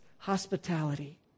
hospitality